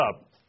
up